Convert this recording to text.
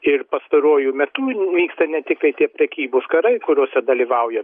ir pastaruoju metu nyksta ne tiktai tie prekybos karai kuriuose dalyvauja